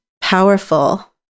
powerful